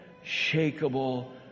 unshakable